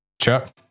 chuck